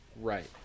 right